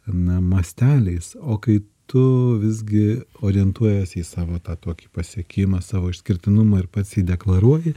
na masteliais o kai tu visgi orientuojiesi į savo tą tokį pasiekimą savo išskirtinumą ir pats jį deklaruoji